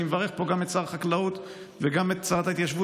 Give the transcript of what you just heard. אני מברך פה גם את שר החקלאות וגם את שרת ההתיישבות.